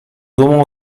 dumą